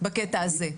בקטע הזה.